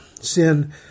sin